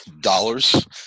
dollars